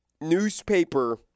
newspaper